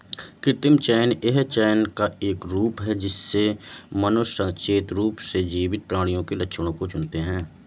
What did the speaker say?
कृत्रिम चयन यह चयन का एक रूप है जिससे मनुष्य सचेत रूप से जीवित प्राणियों के लक्षणों को चुनते है